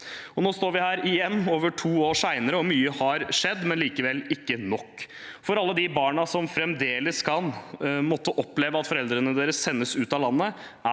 Nå står vi her igjen, over to år senere. Mye har skjedd, men likevel ikke nok. For alle de barna som fremdeles kan måtte oppleve at foreldrene deres sendes ut av landet,